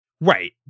Right